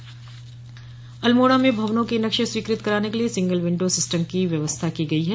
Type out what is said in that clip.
व्यवस्था अल्मोड़ा में भवनों के नक्शे स्वीकृत कराने के लिये सिंगल विंडो सिस्टम की व्यवस्था की गयी है